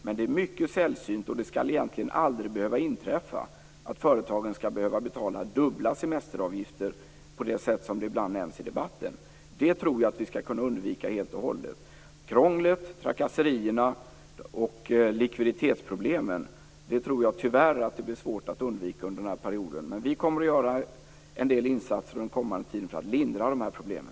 Men det är mycket sällsynt och skall egentligen aldrig behöva inträffa att företagen skall behöva betala dubbla semesteravgifter på det sätt som ibland nämns i debatten. Det tror jag att vi skall kunna undvika helt och hållet. Tyvärr blir det svårt att undvika krånglet, trakasserierna och likviditetsproblemen under perioden. Vi kommer att göra en del insatser den kommande tiden för att lindra problemen.